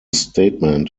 statement